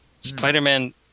Spider-Man